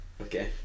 Okay